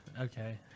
okay